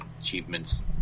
achievements